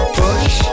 push